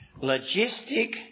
logistic